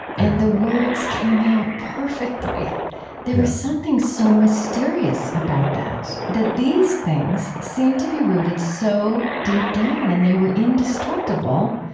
and the words came out perfectly yeah there was something so mysterious about that, that these things seemed to be rooted so deep down. and they were indestructible